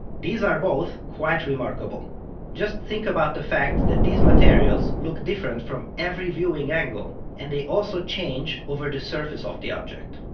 these are both quite remarkable just think about the fact that these materials look different from every viewing angle, and they also change over the surface of the object.